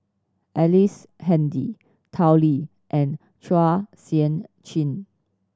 Ellice Handy Tao Li and Chua Sian Chin